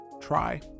try